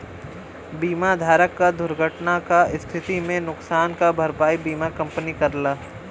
बीमा धारक क दुर्घटना क स्थिति में नुकसान क भरपाई बीमा कंपनी करला